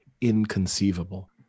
inconceivable